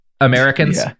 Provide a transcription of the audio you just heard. americans